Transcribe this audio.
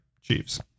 Chiefs